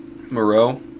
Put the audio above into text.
Moreau